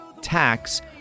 tax